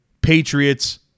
Patriots